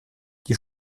die